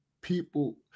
people